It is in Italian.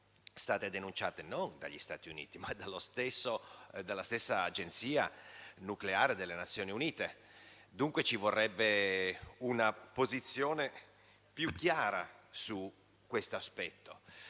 sono state denunciate non dagli Stati Uniti, ma dalla stessa Agenzia nucleare delle Nazioni Unite. Dunque, servirebbe una posizione più chiara su questo aspetto,